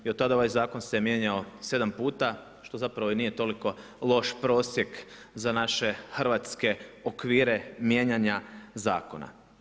I od tada ovaj zakon se mijenjao 7 puta, što zapravo i nije toliko loš prosjek za naše hrvatske okvire mijenjanja zakona.